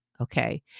okay